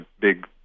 big